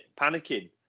panicking